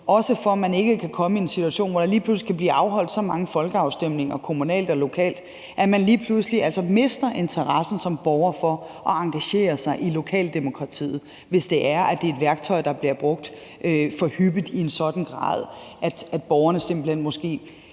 også for at man ikke kan komme i en situation, hvor der lige pludselig kan blive afholdt så mange folkeafstemninger kommunalt og lokalt, at man altså lige pludselig mister interessen som borger for at engagere sig i lokaldemokratiet. Det kan ske, hvis det er et værktøj, der bliver brugt for hyppigt i en sådan grad, at borgerne simpelt hen måske